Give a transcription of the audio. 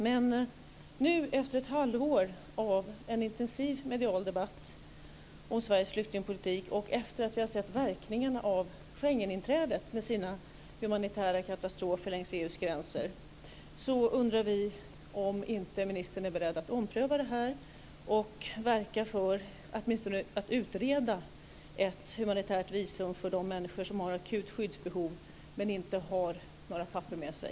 Men nu, efter ett halvår av intensiv medial debatt om Sveriges flyktingpolitik och efter att vi har sett verkningarna av Schengeninträdet med dess humanitära katastrofer längs EU:s gränser, undrar vi om ministern inte är beredd att ompröva detta och verka för att man åtminstone utreder ett humanitärt visum för de människor som har akut skyddsbehov men inte har några papper med sig.